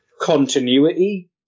Continuity